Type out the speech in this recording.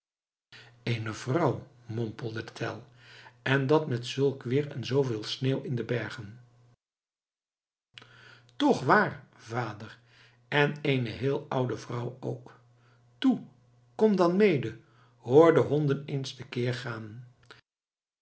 eene vrouw mompelde tell en dat met zulk weer en zooveel sneeuw in de bergen toch waar vader en eene heel oude vrouw ook toe kom dan mede hoor de honden eens tekeer gaan